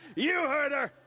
you heard her.